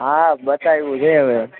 હા બતાયુ છે હવે